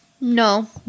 No